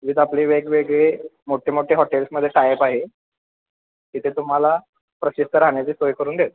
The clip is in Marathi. जिथं आपली वेगवेगळे मोठेमोठे हॉटेल्समध्ये टायप आहे तिथे तुम्हाला प्रशस्त राहण्याची सोय करून देतो